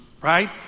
right